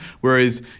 whereas